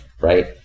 right